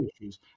issues